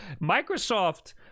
Microsoft